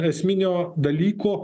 esminio dalyko